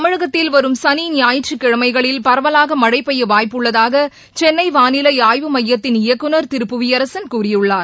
தமிழகத்தில் வரும் சனி ஞாயிற்றுக்கிழமைகளில் பரவலாகமழைபெய்யவாய்ப்புள்ளதாகசென்னைவானிலைஆய்வு மையத்தின் இயக்குநர் திரு புவியரசன் கூறியுள்ளார்